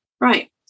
Right